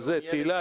תהלה,